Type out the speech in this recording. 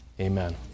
Amen